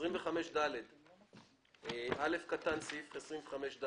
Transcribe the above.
סעיף 25ד. לסעיף 25ד